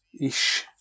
Ish